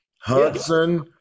Hudson